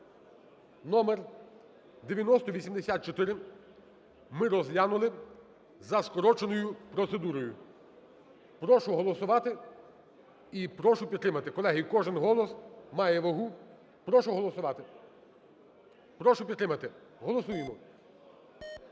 (№ 9084) ми розглянули за скороченою процедурою. Прошу голосувати і прошу підтримати. Колеги, кожен голос має вагу. Прошу голосувати. Прошу підтримати. Голосуємо.